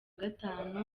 gatanu